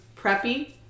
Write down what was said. preppy